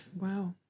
wow